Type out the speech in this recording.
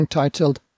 titled